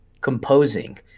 composing